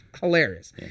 hilarious